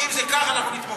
אם זה ככה, אנחנו נתמוך.